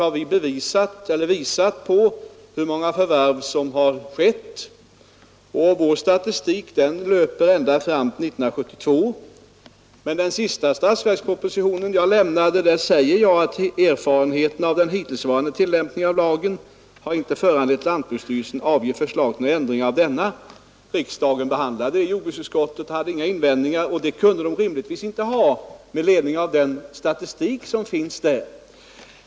Med siffror har vi visat hur många förvärv som har gjorts, och vår statistik löper ända fram till 1972. I den senaste statsverkspropositionen säger jag att erfarenheterna av den hittillsvarande tillämpningen av lagen inte har föranlett lantbruksstyrelsen att avge förslag till ändring av denna. Jordbruksutskottet och riksdagen hade inga invändningar, och det kunde man inte rimligtvis ha med hänsyn till den statistik som föreligger.